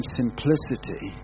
simplicity